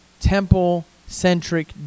temple-centric